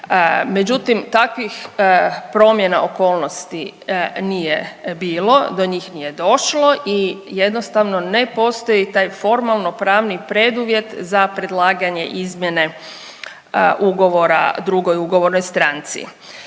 međutim takvih promjena okolnosti nije bilo, do njih nije došlo i jednostavno ne postoji taj formalno pravni preduvjet za predlaganje izmjene ugovora drugoj ugovornoj stranci.